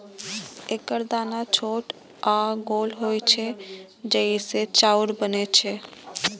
एकर दाना छोट आ गोल होइ छै, जइसे चाउर बनै छै